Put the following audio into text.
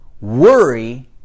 worry